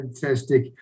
Fantastic